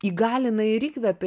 įgalina ir įkvepia